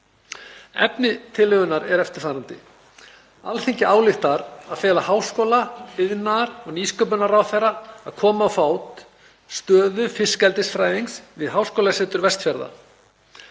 Efni tillögunnar er eftirfarandi: „Alþingi ályktar að fela háskóla-, iðnaðar- og nýsköpunarráðherra að koma á fót stöðu fiskeldisfræðings við Háskólasetur Vestfjarða.